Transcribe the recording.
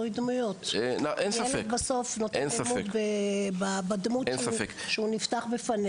ילד בסוף נותן אמון בדמות שהוא נפתח בפניה.